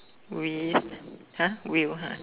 will !huh! will ha